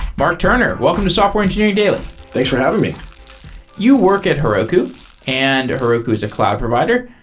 mark turner, welcome to software engineering daily thanks for having me you work at heroku and heroku is a cloud provider.